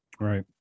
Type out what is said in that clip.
Right